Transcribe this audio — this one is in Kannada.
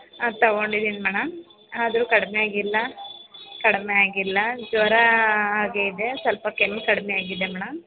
ಅದು ತಗೊಂಡಿದೀನಿ ಮ್ಯಾಮ್ ಆದರೂ ಕಡಿಮೆ ಆಗಿಲ್ಲ ಕಡಿಮೆ ಆಗಿಲ್ಲ ಜ್ವರ ಹಾಗೇ ಇದೆ ಸ್ವಲ್ಪ ಕೆಮ್ಮು ಕಡಿಮೆ ಆಗಿದೆ ಮೇಡಮ್